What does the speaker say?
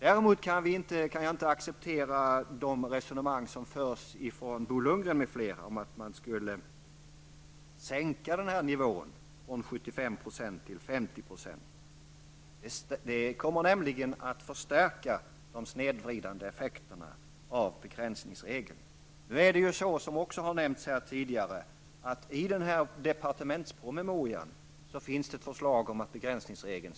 Däremot kan jag inte acceptera Bo Lundgrens m.fl. resonemang om att nivån skall sänkas från 75 till 50 %. Om det görs kommer nämligen den snedvridande effekterna av begränsningsregeln att förstärkas. Som tidigare har nämnts finns i departementspromemorian ett förslag om att avskaffa begränsningsregeln.